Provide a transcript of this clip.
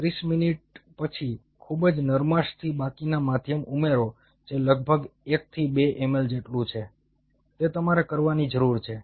30 minute પછી ખૂબ જ નરમાશથી બાકીના માધ્યમ ઉમેરો જે લગભગ 1 થી 2 ml જેટલું છે તે તમારે કરવાની જરૂર છે